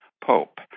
pope